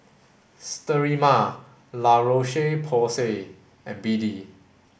Sterimar La Roche Porsay and B D